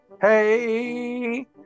Hey